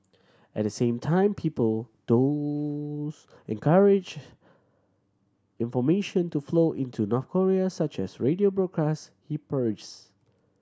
at the same time people those encourage information to flow into North Korea such as radio broadcasts he parries